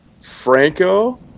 Franco